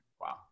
Wow